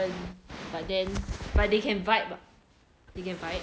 but then but they can vibe they can vibe